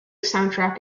soundtrack